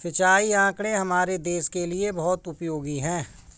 सिंचाई आंकड़े हमारे देश के लिए बहुत उपयोगी है